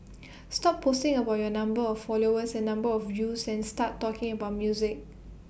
stop posting about your number of followers and number of views and start talking about music